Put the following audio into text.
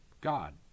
God